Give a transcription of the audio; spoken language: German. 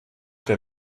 der